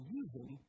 using